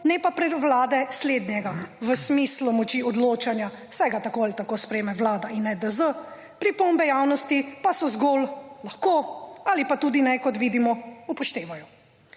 ne pa pred Vlade slednjega v smislu moči odločanja, saj ga tako ali tako sprejme Vlada in ne DZ, pripombe javnosti pa so zgolj lahko ali pa tudi ne kot vidimo upoštevajo.